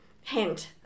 hint